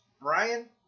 Brian